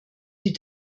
die